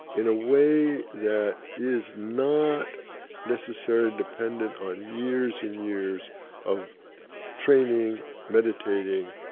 in a way that is not necessarily dependent on years and years of training, meditating,